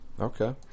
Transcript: Okay